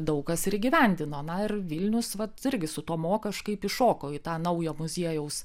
daug kas ir įgyvendino na ir vilnius vat irgi su tuo mo kažkaip įšoko į tą naujo muziejaus